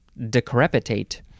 decrepitate